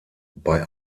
bei